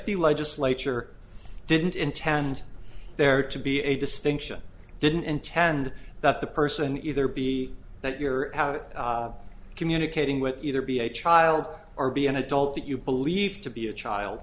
the legislature didn't intend there to be a distinction didn't intend that the person either be that you're communicating with either be a child or be an adult that you believe to be a child